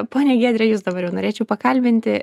ponia giedre jus dabar jau norėčiau pakalbinti